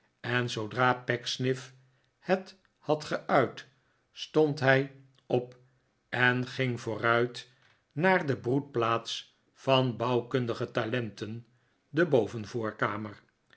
en zoodra pecksniff het had geuit stond hij op en ging vooruit naar de broedplaats van bouwkundige talenten de